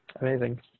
amazing